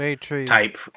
type